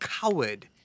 coward